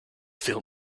field